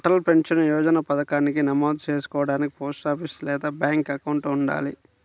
Atal pension Yojana పథకానికి నమోదు చేసుకోడానికి పోస్టాఫీస్ లేదా బ్యాంక్ అకౌంట్ ఉండాలి